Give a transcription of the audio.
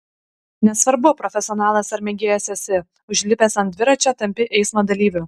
nesvarbu profesionalas ar mėgėjas esi užlipęs ant dviračio tampi eismo dalyviu